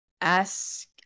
Ask